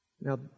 Now